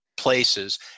Places